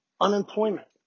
unemployment